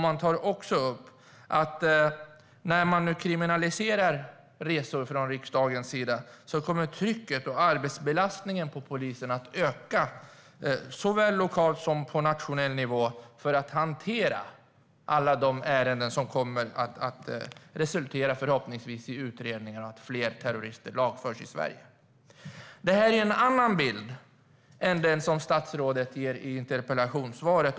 Man tar också upp att när nu riksdagen kriminaliserar resor kommer trycket och arbetsbelastningen på polisen att öka såväl lokalt som på nationell nivå för att hantera alla de ärenden som förhoppningsvis kommer att resultera i utredningar och att fler terrorister lagförs i Sverige. Det här är en annan bild än den som statsrådet ger i interpellationssvaret.